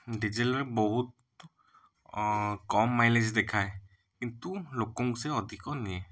ଡ଼ିଜେଲ୍ରେ ବହୁତ କମ୍ ମାଇଲେଜ୍ ଦେଖାଏ କିନ୍ତୁ ଲୋକୋଙ୍କୁ ସେ ଅଧିକ ନିଏ